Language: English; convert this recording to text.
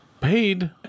paid